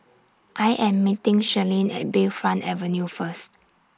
I Am meeting Shirlene At Bayfront Avenue First